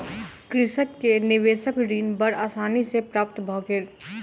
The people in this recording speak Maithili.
कृषक के निवेशक ऋण बड़ आसानी सॅ प्राप्त भ गेल